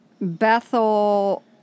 Bethel